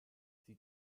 sie